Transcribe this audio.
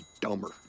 dumber